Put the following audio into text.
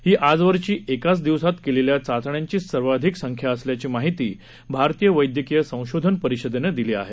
ही आजवरची एकाच दिवसात केलेल्या चाचण्यांची सर्वाधिक संख्या असल्याची माहिती भारतीय वैद्यकीय संशोधन परिषदेनं दिली आहे